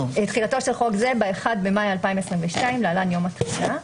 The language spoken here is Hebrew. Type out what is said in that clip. ב-1 במאי 2022, להלן יום התחילה.